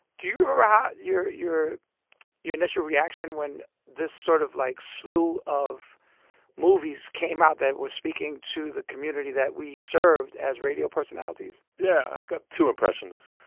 do you remember um ah how your your initial reaction when this sort of, like, slew of movies came out that was speaking to the community that we served as radio personalities? yeah, i've got two impressions.